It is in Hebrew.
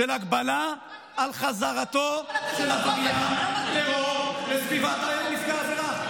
של הגבלה על חזרתו של עבריין טרור לסביבת נפגע עבירה.